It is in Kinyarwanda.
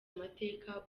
amateka